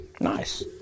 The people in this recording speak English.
Nice